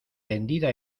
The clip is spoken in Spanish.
tendida